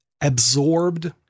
absorbed